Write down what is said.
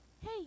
hey